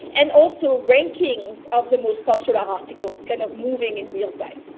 and also rankings of the most popular articles kind of moving in real time.